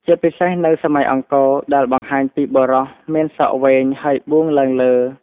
ជាពិសេសនៅសម័យអង្គរ ដែលបង្ហាញពីបុរសមានសក់វែងហើយបួងឡើងលើ។